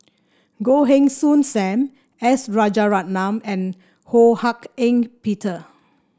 Goh Heng Soon Sam S Rajaratnam and Ho Hak Ean Peter